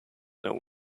not